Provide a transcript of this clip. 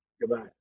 Goodbye